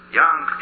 young